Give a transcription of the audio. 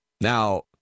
Now